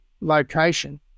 location